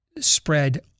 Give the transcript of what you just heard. spread